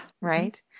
Right